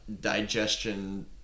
digestion